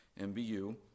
MBU